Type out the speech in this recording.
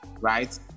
right